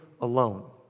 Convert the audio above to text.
alone